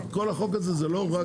כל החוק הזה הוא לא רק זה.